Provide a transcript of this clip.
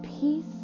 peace